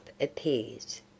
appears